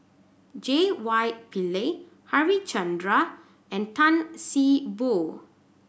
J Y Pillay Harichandra and Tan See Boo